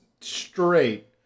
straight